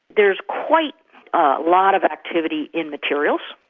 there's quite a lot of activity in materials,